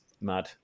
mad